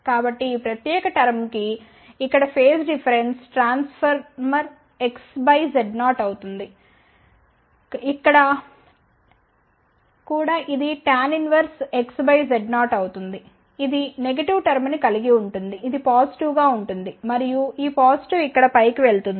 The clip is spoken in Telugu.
కాబట్టి ఈ ప్రత్యేక టర్మ్ కి ఇక్కడ ఫేజ్ డిఫరెన్స్ టాన్ ఇన్వర్స్ XZ0అవుతుంది ఇక్కడ కూడా ఇది టాన్ ఇన్వర్స్XZ0 అవుతుంది ఇది నెగిటివ్ టర్మ్ ని కలిగి ఉంటుంది ఇది పాజిటివ్గా ఉంటుంది మరియు ఈ పాజిటివ్ ఇక్కడ పైకి వెళ్తుంది